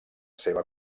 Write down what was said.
seva